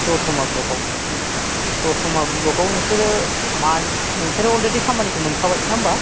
दतमा ब्लकआव दतमा ब्लकआव नोंसोरो मान नोंसोरो अलरेदि खामानिखो मोनखाबाय नङा होम्बा